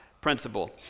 principle